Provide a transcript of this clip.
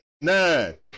Nine